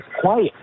quiet